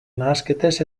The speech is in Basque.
nahasketez